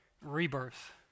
rebirth